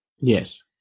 yes